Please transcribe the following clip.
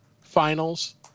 Finals